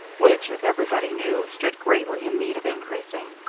which as everybody knew stood greatly in need of increasing.